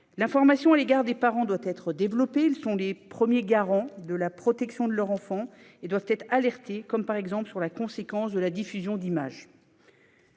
L'information à l'égard des parents doit être développée. Ils sont les premiers garants de la protection de leurs enfants et doivent être alertés notamment sur la conséquence de la diffusion d'images.